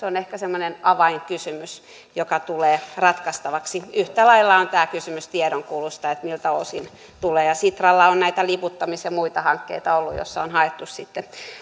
on ehkä semmoinen avainkysymys joka tulee ratkaistavaksi yhtä lailla on tämä kysymys tiedonkulusta miltä osin tulee ja sitralla on ollut näitä liputtamis ja muita hankkeita joissa on haettu